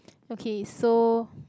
okay so